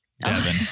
Devin